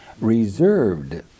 reserved